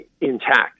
intact